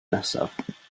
nesaf